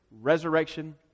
resurrection